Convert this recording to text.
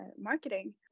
marketing